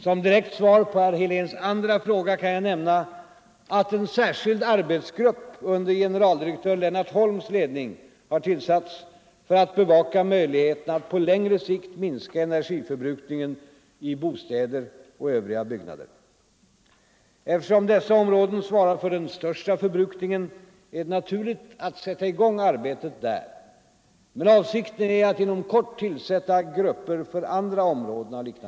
Som direkt svar på Heléns andra fråga kan jag nämna att en särskild arbetsgrupp under generaldirektör Lennart Holms ledning har tillsatts för att bevaka möjligheterna att på längre sikt minska energiförbrukningen i bostäder och övriga byggnader. Eftersom dessa områden svarar för den största förbrukningen är det naturligt att sätta i gång arbetet där, men avsikten är att inom kort tillsätta liknande grupper för andra områden.